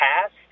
past